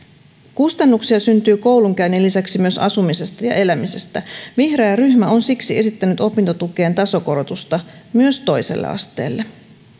kustannuksia syntyy koulunkäynnin lisäksi myös asumisesta ja elämisestä vihreä ryhmä on siksi esittänyt opintotukeen tasokorotusta myös toiselle asteelle